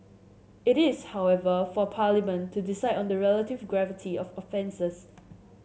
it is however for Parliament to decide on the relative gravity of offences